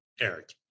Eric